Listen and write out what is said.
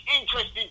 interesting